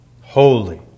holy